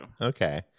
Okay